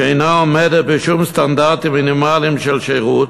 שאינה עומדת בשום סטנדרטים מינימליים של שירות,